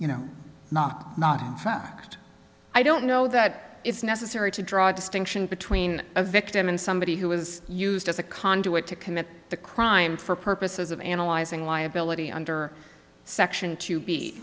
you know not not fact i don't know that it's necessary to draw a distinction between a victim and somebody who was used as a conduit to commit the crime for purposes of analyzing liability under section two b